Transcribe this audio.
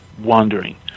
wandering